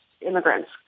immigrants